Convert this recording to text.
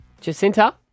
Jacinta